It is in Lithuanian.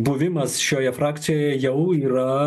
buvimas šioje frakcijoje jau yra